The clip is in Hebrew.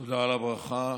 הברכה.